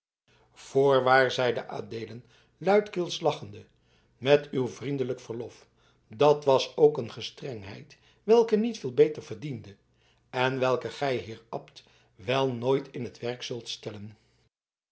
voorwaar zeide adeelen luidkeels lachende met uw vriendelijk verlof dat was ook een gestrengheid welke niet veel beter verdiende en welke gij heer abt wel nooit in t werk zult stellen